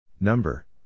Number